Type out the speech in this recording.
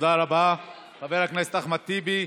תודה רבה, חבר הכנסת אחמד טיבי.